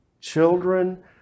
children